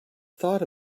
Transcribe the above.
thought